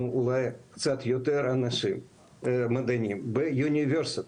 אולי קצת יותר מדענים באוניברסיטאות.